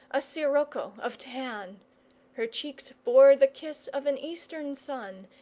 a scirocco of tan her cheeks bore the kiss of an eastern sun,